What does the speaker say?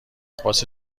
عباس